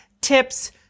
Tips